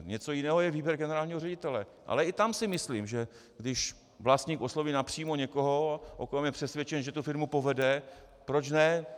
Něco jiného je výběr generálního ředitele, ale i tam si myslím, že když vlastník osloví napřímo někoho, o kom je přesvědčen, že tu firmu povede, proč ne.